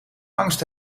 angst